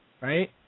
right